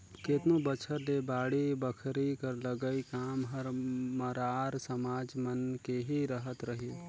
केतनो बछर ले बाड़ी बखरी कर लगई काम हर मरार समाज मन के ही रहत रहिस